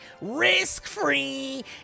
risk-free